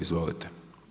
Izvolite.